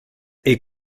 est